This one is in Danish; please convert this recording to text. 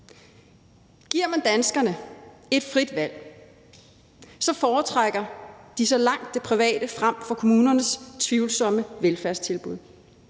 Giver man danskerne et frit valg, foretrækker de så langt det private frem for kommunernes tvivlsomme velfærdstilbud.